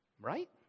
Right